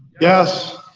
yes.